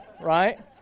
Right